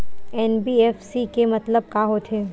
NBFC के मतलब का होथे?